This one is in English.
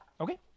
Okay